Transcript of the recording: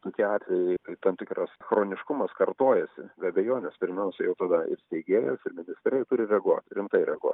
tokie atvejai kai tam tikras chroniškumas kartojasi be abejonės pirmiausia jau tada ir steigėjas ir ministerija turi reaguot rimtai reaguot